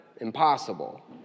Impossible